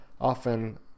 often